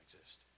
exist